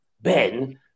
Ben